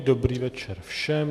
Dobrý večer všem.